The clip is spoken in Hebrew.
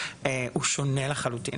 הוא שונה לחלוטין.